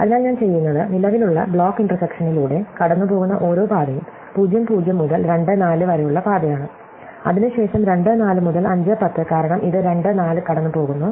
അതിനാൽ ഞാൻ ചെയ്യുന്നത് നിലവിലുള്ള ബ്ലോക്ക് ഇന്റർസെക്ഷനിലുടെ കടന്നുപോകുന്ന ഓരോ പാതയും 0 0 മുതൽ 92 4 വരെയുള്ള പാതയാണ് അതിനുശേഷം 2 4 മുതൽ 5 10 കാരണം ഇത് 2 4 കടന്നുപോകുന്നു